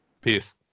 Peace